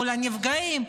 מול הנפגעים,